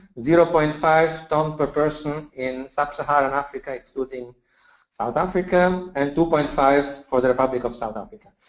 zero point five ton per person in sub saharan africa, excluding south africa, and two point five for the republic of south africa.